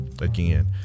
again